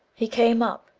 he came up,